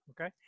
okay